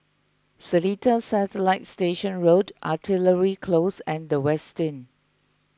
Seletar Satellite Station Road Artillery Close and the Westin